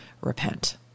repent